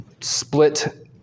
split